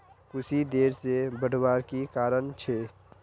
कुशी देर से बढ़वार की कारण छे?